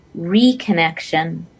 reconnection